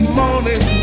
morning